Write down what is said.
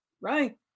right